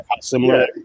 similar